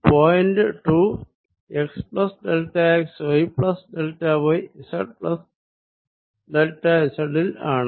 point 2 x plus delta x y plus delta y z plus delta z ൽ ആണ്